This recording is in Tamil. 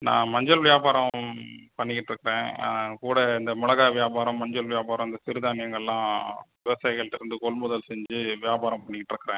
நான் மஞ்சள் வியாபாரம் பண்ணிக்கிட்டுருக்குறேன் கூட இந்த மிளகா வியாபாரம் மஞ்சள் வியாபாரம் இந்த சிறுதானியங்கள்லாம் விவசாயிகள்கிட்டேருந்து கொள்முதல் செய்து வியாபாரம் பண்ணிக்கிட்டுருக்குறேன்